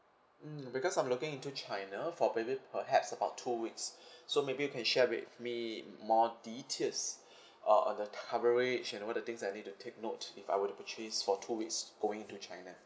mm because I'm looking into china for maybe perhaps about two weeks so maybe you can share with me mm more details or on the coverage and all the things that I need to take note if I were to purchase for two weeks going into china